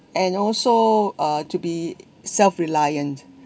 and also uh to be self reliant